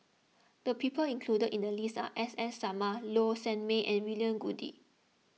the people included in the list are S S Sarma Low Sanmay and William Goode